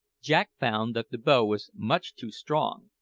jack found that the bow was much too strong,